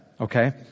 okay